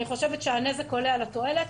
אז אני חושבת שהנזק עולה על התועלת,